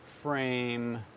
frame